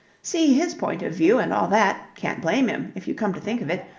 see his point of view and all that. can't blame him, if you come to think of it,